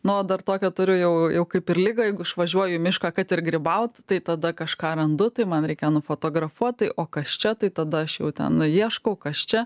nu o dar tokią turiu jau jau kaip ir ligą jeigu išvažiuoju į mišką kad ir grybaut tai tada kažką randu tai man reikia nufotografuot o kas čia tai tada aš jau ten ieškau kas čia